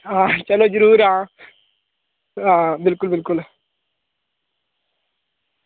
आह् चलो जरूर हां आह् बिलकुल बिलकुल